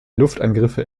luftangriffe